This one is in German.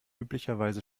üblicherweise